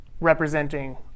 representing